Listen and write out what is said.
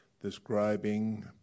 describing